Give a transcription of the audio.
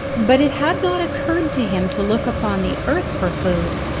but it had not occurred to him to look upon the earth for food.